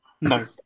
No